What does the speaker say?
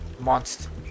monster